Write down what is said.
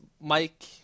Mike